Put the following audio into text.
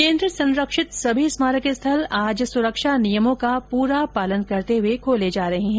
केन्द्र संरक्षित सभी स्मारक स्थल आज सुरक्षा नियमों का पूरा पालन करते हुए खुल गये है